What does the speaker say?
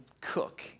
cook